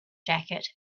jacket